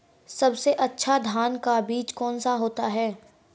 सबसे अच्छा धान का बीज कौन सा होता है?